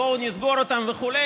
בואו נסגור אותם וכו'.